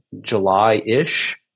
July-ish